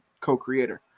co-creator